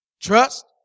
Trust